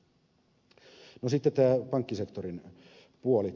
sitten tämä pankkisektorin puoli